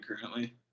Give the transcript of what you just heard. currently